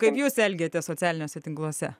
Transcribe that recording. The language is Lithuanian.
kaip jūs elgiatės socialiniuose tinkluose